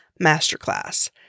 masterclass